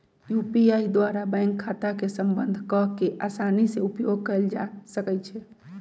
UPI द्वारा bank खता के संबद्ध कऽ के असानी से उपयोग कयल जा सकइ छै